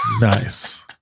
Nice